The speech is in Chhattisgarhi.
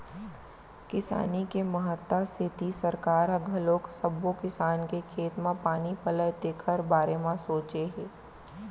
किसानी के महत्ता सेती सरकार ह घलोक सब्बो किसान के खेत म पानी पलय तेखर बारे म सोचे हे